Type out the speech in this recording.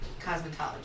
cosmetology